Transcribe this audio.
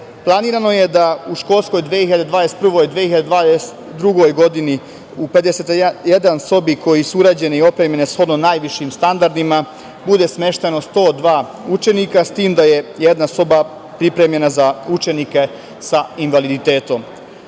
Topole. Planirano je da u školskoj 2021/2022. godini u 51 sobi, koje su urađene i opremljene shodno najvišim standardima, bude smeštena 102 učenika, s tim da je jedna soba pripremljena za učenike sa invaliditetom. Radovi